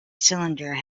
cylinder